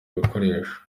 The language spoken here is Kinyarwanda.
ibikoresho